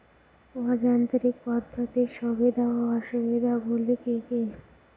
অযান্ত্রিক পদ্ধতির সুবিধা ও অসুবিধা গুলি কি কি?